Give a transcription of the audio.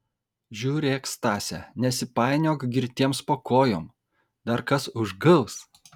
žiūrėk stase nesipainiok girtiems po kojom dar kas užgaus